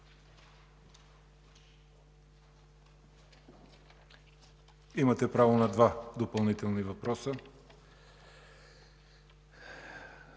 Имате право на два допълнителни въпроса.